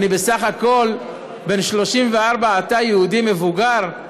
אני בסך הכול בן 34, אתה יהודי מבוגר.